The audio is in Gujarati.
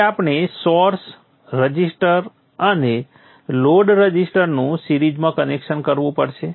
હવે આપણે સોર્સ સંદર્ભ સમય 0404 રઝિસ્ટર અને લોડ રઝિસ્ટરનું સિરીઝમાં કનેક્શન કરવું પડશે